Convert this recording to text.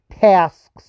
tasks